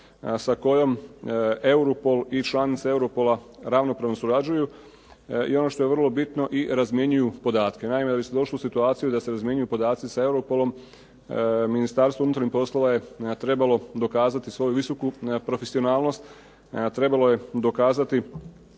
sa kojom Europol i članica Europola ravnopravno surađuju. I ono što je vrlo bitno, i razmjenjuju podatke. Naime, već se došlo u situaciju da se razmjenjuju podaci sa Europolom, Ministarstvo unutarnjih poslova je trebalo dokazati svoju visoku profesionalnost, trebalo je dokazati